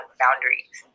boundaries